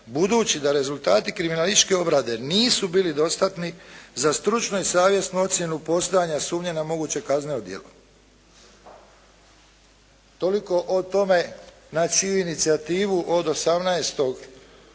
budući da rezultati kriminalističke obrade nisu bili dostatni za stručnu i savjesnu ocjenu postojanja sumnje na moguće kazneno djelo.". Toliko o tome na čiju inicijativu od 18. travnja